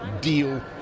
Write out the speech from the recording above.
deal